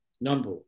number